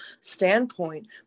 standpoint